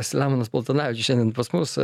selemonas paltanavičius šiandien pas mus